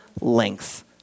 lengths